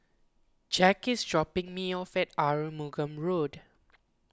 Jack is dropping me off at Arumugam Road